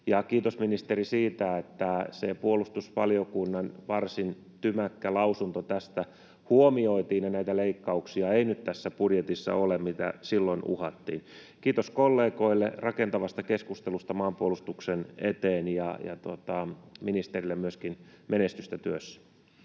kiitos, ministeri, siitä, että se puolustusvaliokunnan varsin tymäkkä lausunto tästä huomioitiin ja tässä budjetissa ei nyt ole näitä leikkauksia, mitä silloin uhattiin. Kiitos kollegoille rakentavasta keskustelusta maanpuolustuksen eteen ja ministerille myöskin menestystä työssä.